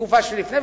בתקופה שלפני,